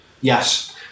Yes